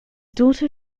daughter